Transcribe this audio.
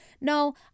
No